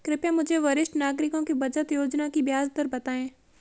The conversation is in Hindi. कृपया मुझे वरिष्ठ नागरिकों की बचत योजना की ब्याज दर बताएं